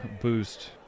boost